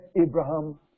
Abraham